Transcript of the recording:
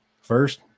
first